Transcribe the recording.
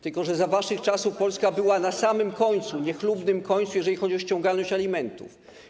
Tylko że za waszych czasów Polska była na samym końcu, niechlubnym końcu, jeżeli chodzi o ściągalność alimentów.